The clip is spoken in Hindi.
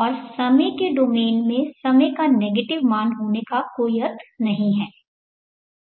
और समय के डोमेन में समय का नेगेटिव मान होने का कोई अर्थ नहीं है